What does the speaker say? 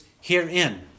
herein